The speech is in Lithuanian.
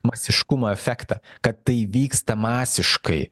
masiškumo efektą kad tai vyksta masiškai